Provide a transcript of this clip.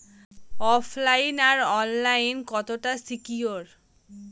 ওফ line আর online কতটা secure?